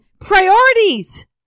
priorities